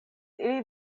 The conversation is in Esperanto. ili